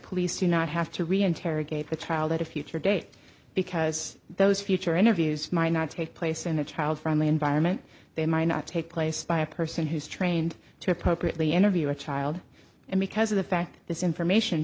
police do not have to re interrogate the child at a future date because those future interviews might not take place in a child friendly environment they might not take place by a person who's trained to appropriately interview a child and because of the fact this information